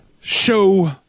Show